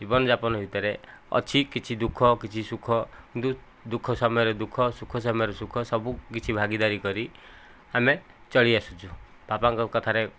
ଜୀବନ ଯାପନ ଭିତରେ ଅଛି କିଛି ଦୁଃଖ କିଛି ସୁଖ ଦୁଃଖ ସମୟରେ ଦୁଃଖ ସୁଖ ସମୟରେ ସୁଖ ସବୁ କିଛି ଭାଗିଦାରୀ କରି ଆମେ ଚଳି ଆସିଛୁ ବାପାଙ୍କ କଥାରେ